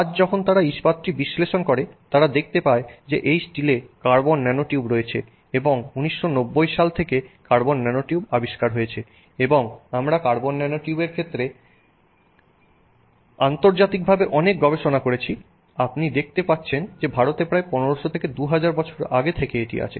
আজ যখন তারা ইস্পাতটির বিশ্লেষণ করে তারা দেখতে পায় যে এই স্টিলে কার্বন ন্যানোটিউব রয়েছে এবং ১৯৯০ সাল থেকে কার্বন ন্যানোটিউব আবিষ্কার হয়েছে এবং আমরা কার্বন ন্যানোটিউব এর ক্ষেত্রে আন্তর্জাতিকভাবে অনেক গবেষণা করেছি আপনি দেখতে পাচ্ছেন যে ভারতে প্রায় 1500 থেকে 2000 বছর আগে থেকে এটি আছে